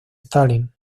stalin